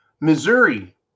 Missouri